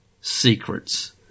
secrets